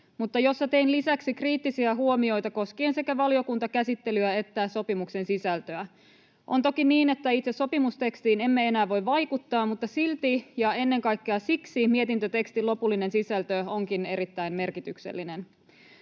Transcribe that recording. mutta jossa tein lisäksi kriittisiä huomioita koskien sekä valiokuntakäsittelyä että sopimuksen sisältöä. On toki niin, että itse sopimustekstiin emme enää voi vaikuttaa, mutta silti ja ennen kaikkea siksi mietintötekstin lopullinen sisältö onkin erittäin merkityksellinen.